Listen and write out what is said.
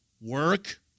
work